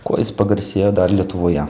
kuo jis pagarsėjo dar lietuvoje